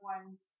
One's